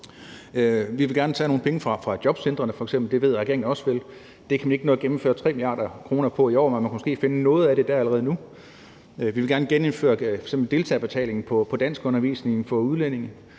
f.eks. gerne tage nogle penge fra jobcentrene, og det ved jeg at regeringen også vil. Det kan man ikke nå at gennemføre med 3 mia. kr. i år, men man kunne måske allerede nu finde noget af det. Vi vil f.eks. gerne genindføre deltagerbetalingen på danskundervisningen for udlændinge,